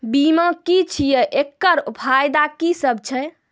बीमा की छियै? एकरऽ फायदा की सब छै?